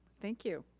thank you.